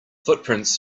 footprints